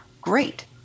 great